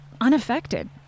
unaffected